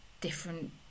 different